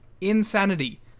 insanity